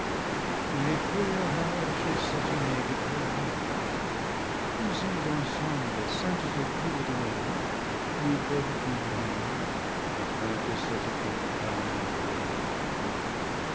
les feuilles larges et satinées de quelque arbre cousues en semble et ceintes autour de nos reins nous peuvent couvrir afin que cette compagne nouvelle la honte